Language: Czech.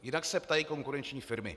Jinak se ptají konkurenční firmy.